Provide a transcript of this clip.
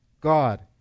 God